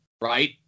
right